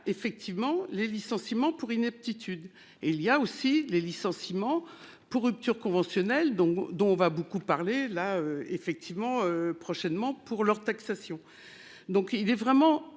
effectivement les licenciements pour inaptitude et il y a aussi les licenciements pour rupture conventionnelle dont dont on va beaucoup parler là effectivement prochainement pour leur taxation donc il est vraiment